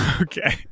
Okay